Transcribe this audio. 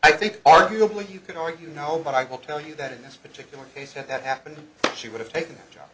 i think arguably you could argue no but i will tell you that in this particular case that that happened she would have taken a job